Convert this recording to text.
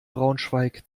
braunschweig